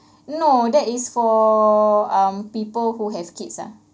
no that is for um people who have kids ah